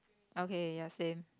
okay ya same